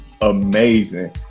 amazing